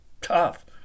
Tough